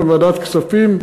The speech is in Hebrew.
גם בוועדת כספים,